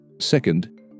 Second